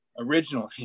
originally